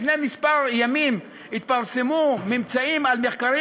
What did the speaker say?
לפני כמה ימים התפרסמו ממצאים על מחקרים